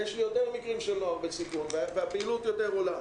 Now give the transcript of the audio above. ויש לי יותר מקרים של נוער בסיכון, והפעילות עולה.